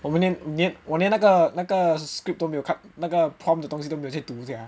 我们连我连那个那个 script 都没有看那个 prompt 都没有读下